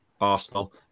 Arsenal